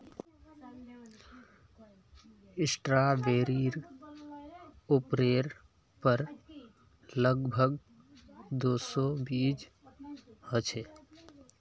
स्ट्रॉबेरीर उपरेर पर लग भग दो सौ बीज ह छे